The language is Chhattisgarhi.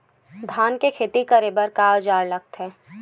धान के खेती करे बर का औजार लगथे?